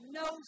no